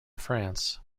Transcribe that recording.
france